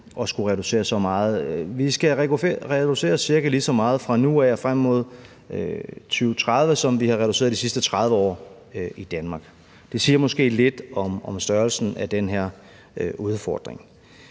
at skulle reducere så meget. Vi skal reducere cirka lige så meget fra nu af og frem mod 2030, som vi har reduceret de sidste 30 år i Danmark. Det siger måske lidt om størrelsen på den her udfordring.